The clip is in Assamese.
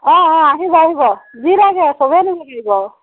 অ' অ' আহিব আহিব যি লাগে চবেই নিব পাৰিব